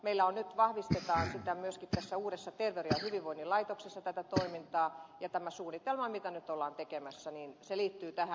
meillä nyt vahvistetaan tätä toimintaa myöskin tässä uudessa terveyden ja hyvinvoinnin laitoksessa ja tämä suunnitelma mitä nyt ollaan tekemässä liittyy tähän